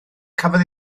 cafodd